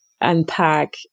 unpack